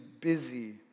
busy